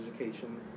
education